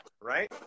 right